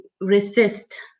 resist